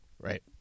Right